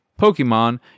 pokemon